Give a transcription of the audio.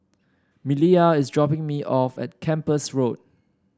Maliyah is dropping me off at Kempas Road